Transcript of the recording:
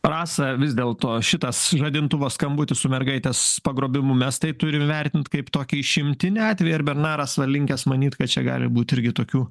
rasa vis dėl to šitas žadintuvo skambutis su mergaitės pagrobimu mes tai turim vertint kaip tokį išimtinį atvejį ar bernaras va linkęs manyt kad čia gali būt irgi tokių